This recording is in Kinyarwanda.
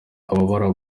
ababara